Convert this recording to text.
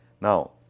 Now